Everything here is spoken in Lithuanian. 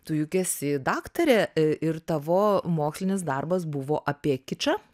tu juk esi daktarė ir tavo mokslinis darbas buvo apie kičą